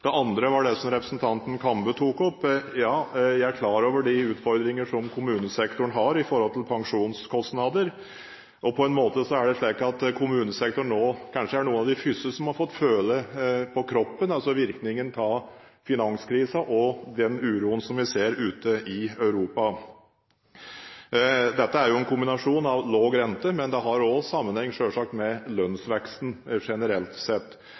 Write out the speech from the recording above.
Det andre var det som representanten Kambe tok opp. Ja, jeg er klar over de utfordringer som kommunesektoren har når det gjelder pensjonskostnader. På en måte er det slik at kommunesektoren nå kanskje er noen av de første som har fått føle på kroppen virkningen av finanskrisa og den uroen som vi ser ute i Europa. Dette er jo en kombinasjon av lav rente, men det har selvsagt også sammenheng med lønnsveksten rent generelt sett.